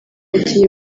agiye